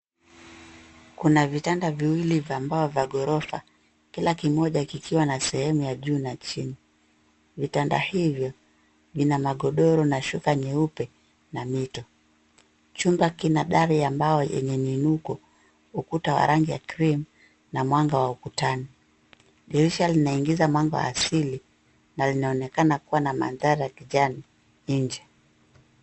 Kuna vitanda viwili vya mbao vya ghorofa, kila kimoja kikiwa na sehemu ya juu na ya chini. Vitanda hivyo vina magodoro na shuka nyeupe na mito. Chumba kina dari ya mbao yenye ukuta wa rangi ya cream na mwanga wa ukutani. Dirisha linaingiza mwanga wa asili na linaonekana kuwa na mandhari ya kijani nje.